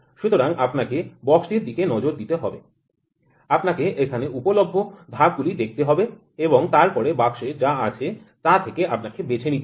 সুতরাং আপনাকে বাক্সটির দিকে নজর দিতে হবে আপনাকে এখানে উপলভ্য ধাপগুলি দেখতে হবে এবং তারপরে বাক্সে যা আছে তা থেকে আপনাকে বেছে নিতে হবে